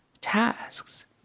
tasks